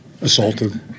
assaulted